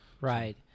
right